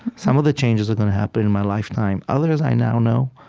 some of the changes are going to happen in my lifetime. others, i now know,